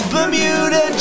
Bermuda